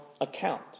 account